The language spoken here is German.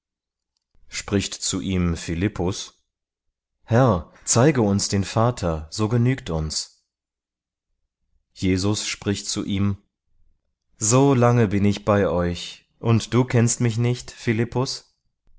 spricht zu ihm philippus herr zeige uns den vater so genügt uns jesus spricht zu ihm so lange bin ich bei euch und du kennst mich nicht